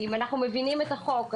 אם אנחנו מבינים את החוק.